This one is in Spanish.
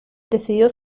decidió